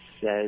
says